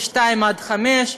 מ-14:00 עד 17:00,